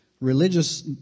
religious